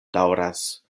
daŭras